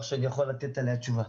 בטוח שאני יכול לתת עליה תשובה.